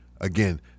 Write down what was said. again